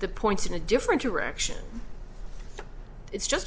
the point in a different direction it's just a